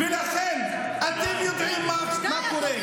די לשקר כבר.